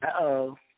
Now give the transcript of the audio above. Uh-oh